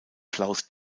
klaus